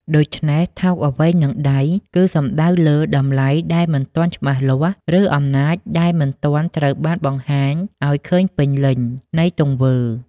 ដូច្នេះ "ថោកអ្វីនឹងដៃ" គឺសំដៅលើ តម្លៃដែលមិនទាន់ច្បាស់លាស់ ឬ អំណាចដែលមិនទាន់ត្រូវបានបង្ហាញឱ្យឃើញពេញលេញ នៃទង្វើ។